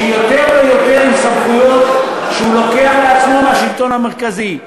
שיותר ויותר סמכויות הוא לוקח לעצמו מהשלטון המרכזי.